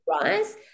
rise